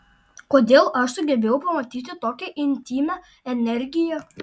kodėl aš sugebėjau pamatyti tokią intymią energiją